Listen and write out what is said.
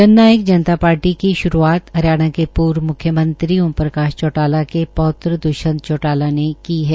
जन नायक जनता पाटीर का श्रूआत हरियाणा के पूर्व मुख्य मंत्री ओम प्रकाश चौटाला के पौत्र दुष्यंत चौटाला ने की है